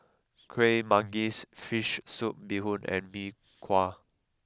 Kuih Manggis Fish Soup Bee Hoon and Mee Kuah